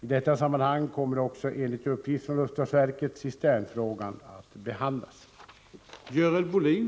I detta sammanhang kommer också, enligt uppgift från luftfartsverket, cisternfrågan att behandlas.